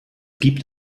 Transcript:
gibt